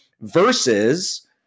versus